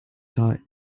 thought